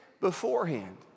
beforehand